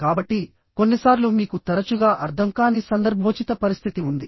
కాబట్టి కొన్నిసార్లు మీకు తరచుగా అర్థం కాని సందర్భోచిత పరిస్థితి ఉంది